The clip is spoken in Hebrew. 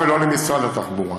התחבורה, ולא למשרד התחבורה.